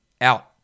out